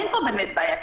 אין פה באמת בעיה,